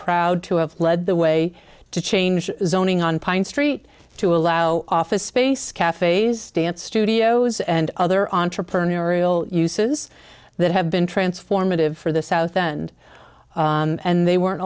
proud to have led the way to change zoning on pine street to allow office space cafes dance studios and other entrepreneurial uses that have been transformative for the south and and they weren't